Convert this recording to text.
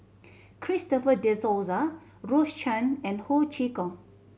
Christopher De Souza Rose Chan and Ho Chee Kong